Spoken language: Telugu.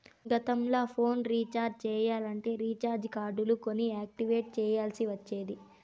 గతంల ఫోన్ రీచార్జ్ చెయ్యాలంటే రీచార్జ్ కార్డులు కొని యాక్టివేట్ చెయ్యాల్ల్సి ఒచ్చేది